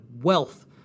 wealth